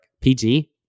PG